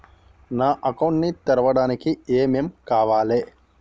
నా అకౌంట్ ని తెరవడానికి ఏం ఏం కావాలే?